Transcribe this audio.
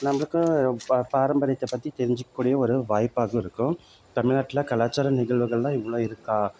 நம்மளுக்கு பாரம்பரியத்தை பற்றி தெரிஞ்சுக்கக்கூடிய ஒரு வாய்ப்பாக இருக்கும் தமிழ்நாட்டுல கலாச்சார நிகழ்வுகள்லாம் இவ்வளோ இருக்கா